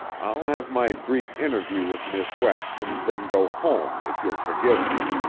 i'll have my brief interview with miss west and then go home, if you'll forgive me.